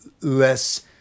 less